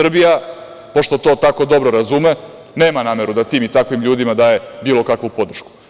Srbija, pošto to tako dobro razume, nema nameru da tim i takvim ljudima daje bilo kakvu podršku.